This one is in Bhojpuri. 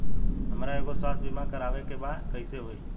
हमरा एगो स्वास्थ्य बीमा करवाए के बा कइसे होई?